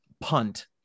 punt